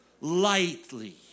lightly